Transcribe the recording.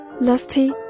lusty